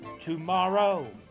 Tomorrow